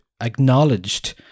acknowledged